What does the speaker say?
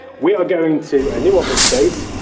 we're going to and new office space,